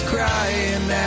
Crying